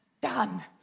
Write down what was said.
Done